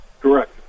Correct